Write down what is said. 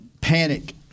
panic